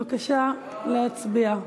בבקשה להצביע.